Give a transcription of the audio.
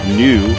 new